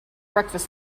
breakfast